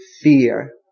fear